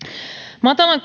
matalan